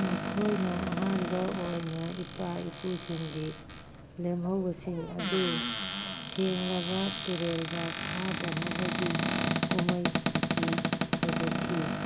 ꯃꯈꯣꯏꯅ ꯑꯍꯥꯟꯕ ꯑꯣꯏꯅ ꯏꯄꯥ ꯏꯄꯨꯁꯤꯡꯒꯤ ꯂꯦꯝꯍꯧꯕꯁꯤꯡ ꯑꯗꯨ ꯁꯦꯡꯂꯕ ꯇꯨꯔꯦꯜꯗ ꯊꯥꯗꯅꯕꯒꯤ ꯀꯨꯝꯃꯩ ꯑꯁꯤ ꯍꯧꯗꯣꯛꯈꯤ